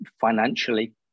financially